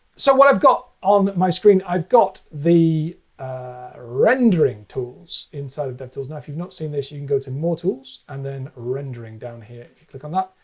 so what i've got on my screen, i've got the rendering tools inside of devtools. if you've not seen this, you can go to more tools and then rendering down here. if you click on that,